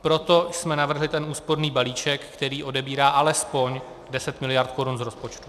Proto jsme navrhli ten úsporný balíček, který odebírá alespoň 10 mld. korun z rozpočtu.